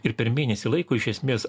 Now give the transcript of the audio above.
ir per mėnesį laiko iš esmės